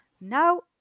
Now